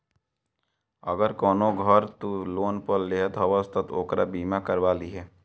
अगर कवनो घर तू लोन पअ लेत हवअ तअ ओकर बीमा करवा लिहअ